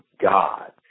God